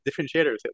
differentiators